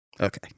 Okay